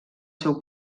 seu